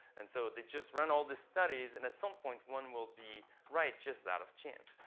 and so they just run all these studies. and at some point, one will be right just out of chance.